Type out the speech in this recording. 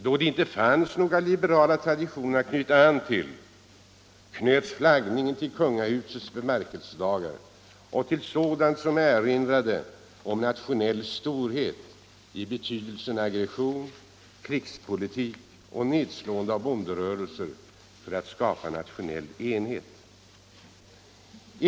Då det inte fanns några liberala traditioner att knyta an till knöts flaggningen till kungahusets bemärkelsedagar och till sådant som erinrade om nationell ”storhet” i betydelsen aggression, krigspolitik och nedslående av bonderörelser för att skapa nationell enhet.